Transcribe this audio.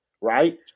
right